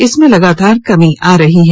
इसमें लगातार कमी आ रही है